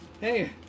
Hey